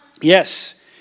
Yes